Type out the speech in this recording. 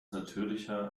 natürlicher